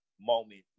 moment